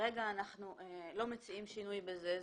כרגע אנחנו לא מציעים שינוי בזה.